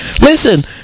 Listen